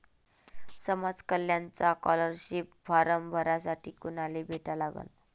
समाज कल्याणचा scholarship form भरासाठी कुनाले भेटा लागन?